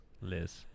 Liz